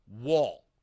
wall